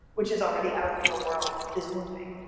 which is already out in the world, is moving?